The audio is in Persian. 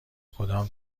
کدام